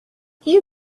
you